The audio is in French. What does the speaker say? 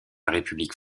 république